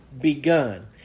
begun